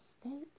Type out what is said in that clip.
state